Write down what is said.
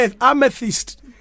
Amethyst